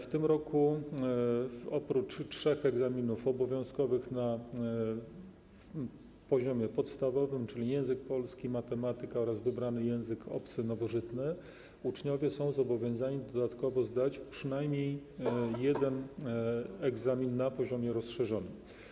W tym roku oprócz trzech egzaminów obowiązkowych na poziomie podstawowym, czyli języka polskiego, matematyki oraz wybranego języka obcego nowożytnego, uczniowie są zobowiązani dodatkowo zdać przynajmniej jeden egzamin na poziomie rozszerzonym.